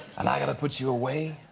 and i gotta put you away.